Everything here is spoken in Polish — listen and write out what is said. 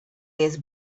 jest